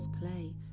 play